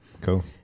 cool